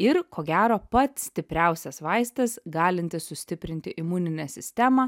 ir ko gero pats stipriausias vaistas galintis sustiprinti imuninę sistemą